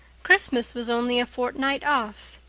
christmas was only a fortnight off.